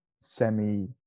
semi